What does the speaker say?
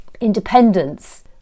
independence